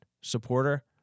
supporter